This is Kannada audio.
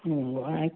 ಹ್ಞೂ ಆಯ್ತು